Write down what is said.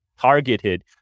targeted